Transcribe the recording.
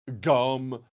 Gum